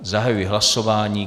Zahajuji hlasování.